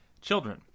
children